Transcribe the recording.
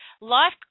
life